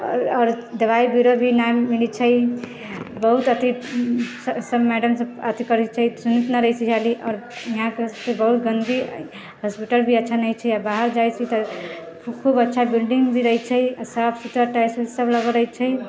आओर दवाइ आरो भी नहि मिलैत छै बहुत अथि सभ सभ मैडम सभ अथि करैत रहैत छै सुनैत नहि रहैत छै जल्दी आओर इहाँके नर्स भी बहुत गन्दी हॉस्पिटल भी अच्छा नहि छै आ बाहर जाइत छी तऽ खूब अच्छा बिल्डिङ्ग भी अच्छा रहैत छै आ साफ सुथरा टाइल्स आइल्स सभ लगल रहैत छै